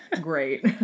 great